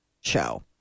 show